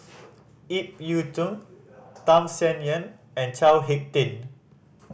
Ip Yiu Tung Tham Sien Yen and Chao Hick Tin